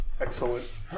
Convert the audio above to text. Excellent